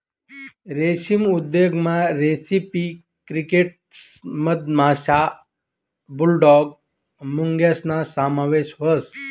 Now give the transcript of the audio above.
रेशीम उद्योगमा रेसिपी क्रिकेटस मधमाशा, बुलडॉग मुंग्यासना समावेश व्हस